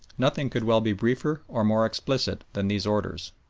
nothing could well be briefer or more explicit than these orders.